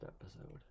episode